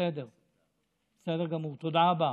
תודה רבה.